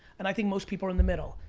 and i think most people are in the middle.